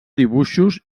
dibuixos